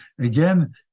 again